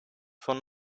von